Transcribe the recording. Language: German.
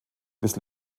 bis